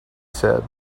said